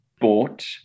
bought